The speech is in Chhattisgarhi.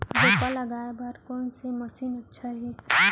रोपा लगाय बर कोन से मशीन अच्छा हे?